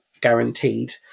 guaranteed